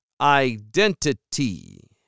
identity